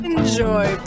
Enjoy